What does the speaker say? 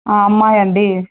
అమ్మాయా అండి